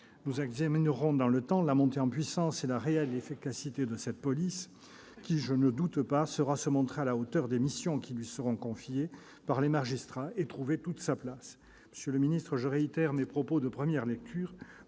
Nous examinerons la montée en puissance dans le temps et la réalité de l'efficacité de cette police qui- je n'en doute pas -saura se montrer à la hauteur des missions qui lui seront confiées par les magistrats et trouver toute sa place. Monsieur le secrétaire d'État, je réitère mes propos de première lecture